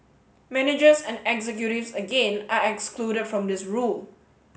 managers and executives again are excluded from this rule